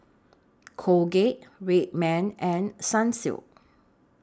Colgate Red Man and Sunsilk